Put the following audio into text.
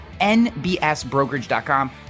nbsbrokerage.com